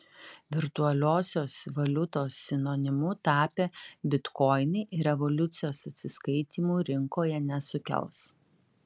virtualiosios valiutos sinonimu tapę bitkoinai revoliucijos atsiskaitymų rinkoje nesukels